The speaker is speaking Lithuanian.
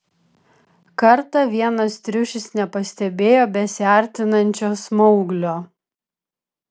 kartą vienas triušis nepastebėjo besiartinančio smauglio